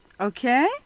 Okay